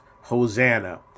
Hosanna